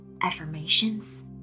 affirmations